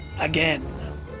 Again